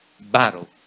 battle